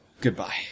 Goodbye